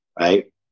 right